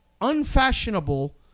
unfashionable